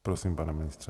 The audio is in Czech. Prosím, pane ministře.